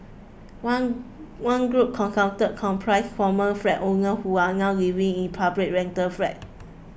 one one group consulted comprised former flat owners who are now living in public rental flats